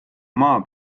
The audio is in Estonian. maa